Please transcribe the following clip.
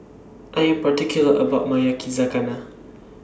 I Am particular about My Yakizakana